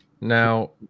Now